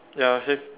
ya same